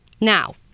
Now